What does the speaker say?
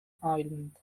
island